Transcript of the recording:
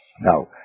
Now